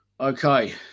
Okay